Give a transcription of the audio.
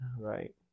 Right